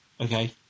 Okay